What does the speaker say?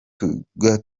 tuvuga